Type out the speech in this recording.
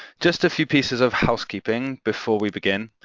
just a few pieces of housekeeping before we begin.